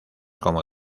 como